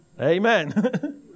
Amen